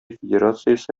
федерациясе